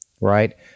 right